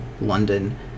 London